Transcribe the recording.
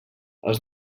els